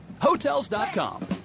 Hotels.com